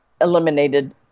eliminated